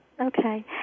Okay